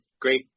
Great